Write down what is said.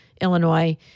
Illinois